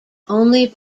only